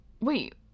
wait